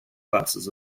classes